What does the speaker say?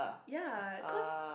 ya cause